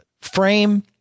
frame